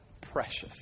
precious